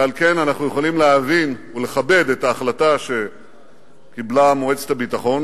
ועל כן אנחנו יכולים להבין ולכבד את ההחלטה שקיבלה מועצת הביטחון